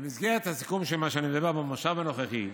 במסגרת הסיכום של מה שאני מדבר, במושב הנוכחי,